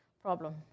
Problem